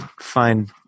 find